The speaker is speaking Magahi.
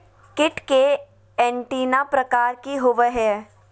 कीट के एंटीना प्रकार कि होवय हैय?